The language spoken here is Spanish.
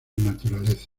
naturaleza